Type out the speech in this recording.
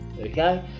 okay